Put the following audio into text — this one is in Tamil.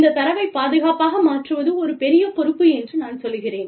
இந்தத் தரவைப் பாதுகாப்பாக மாற்றுவது ஒரு பெரிய பொறுப்பு என்று நான் சொல்கிறேன்